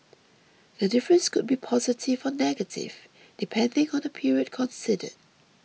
the difference could be positive or negative depending on the period considered